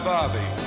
Bobby